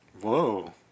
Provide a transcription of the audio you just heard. Whoa